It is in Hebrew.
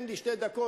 תן לי שתי דקות,